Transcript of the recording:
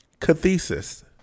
cathesis